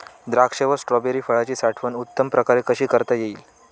द्राक्ष व स्ट्रॉबेरी फळाची साठवण उत्तम प्रकारे कशी करता येईल?